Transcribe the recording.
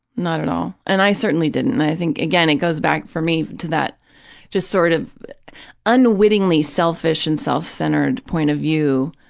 not at all. and i certainly didn't, and i think, again, it goes back, for me, to that just sort of unwittingly selfish and self-centered point of view,